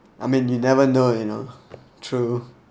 I mean you never know you know to